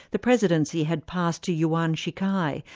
the presidency had passed to yuan shikai,